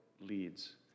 leads